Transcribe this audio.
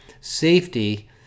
safety